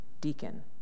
deacon